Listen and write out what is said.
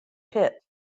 pit